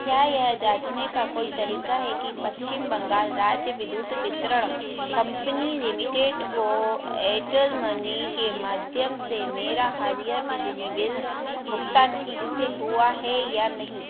क्या यह जाँचने का कोई तरीका है कि पश्चिम बंगाल राज्य विद्युत वितरण कम्पनी लिमिटेड को एयरटेल मनी के माध्यम से मेरा हालिया बिजली बिल भुगतान ठीक से हुआ है या नहीं